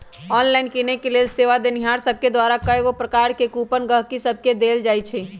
online किनेके लेल सेवा देनिहार सभके द्वारा कएगो प्रकार के कूपन गहकि सभके देल जाइ छइ